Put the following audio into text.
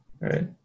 Right